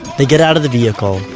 they get out of the vehicle,